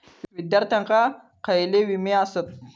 विद्यार्थ्यांका खयले विमे आसत?